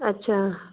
अच्छा